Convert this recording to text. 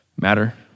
matter